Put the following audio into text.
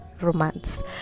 romance